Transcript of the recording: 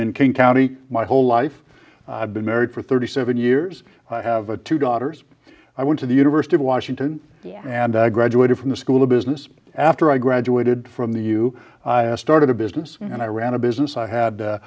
in king county my whole life i've been married for thirty seven years i have two daughters i went to the university of washington and graduated from the school of business after i graduated from the you started a business and i ran a business i had